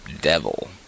Devil